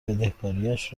بدهکاریش